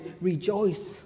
rejoice